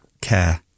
care